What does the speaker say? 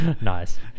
Nice